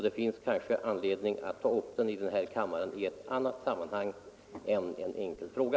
Det finns kanske anledning att ta upp den i denna kammare i ett annat sammanhang än i en enkel fråga.